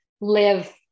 live